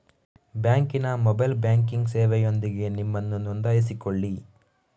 ಬ್ಯಾಂಕಿನ mobile banking ಸೇವೆಯೊಂದಿಗೆ ನಿಮ್ಮನ್ನು ನೋಂದಾಯಿಸಿಕೊಳ್ಳಿ